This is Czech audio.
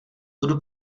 budu